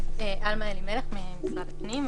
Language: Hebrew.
שלום, עלמא אלימלך ממשרד הפנים,